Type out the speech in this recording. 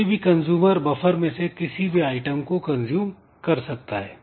कोई भी consumer buffer में से किसी भी आइटम को कंज्यूम कर सकता है